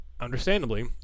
understandably